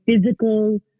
physical